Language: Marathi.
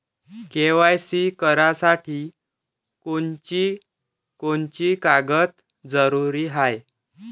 के.वाय.सी करासाठी कोनची कोनची कागद जरुरी हाय?